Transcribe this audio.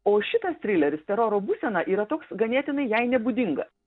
o šitas trileris teroro būsena yra toks ganėtinai jai nebūdinga